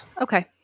Okay